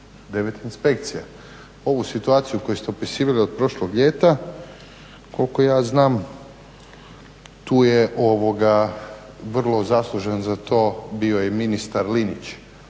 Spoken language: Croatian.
biti 9 inspekcija. Ovu situaciju koju ste opisivali od prošlog ljeta koliko ja znam tu je vrlo zaslužan za to bio i ministar linić